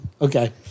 Okay